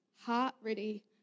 heart-ready